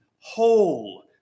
whole